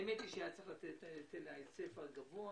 היא בגלל שהיה צריך לתת היטל היצף גבוה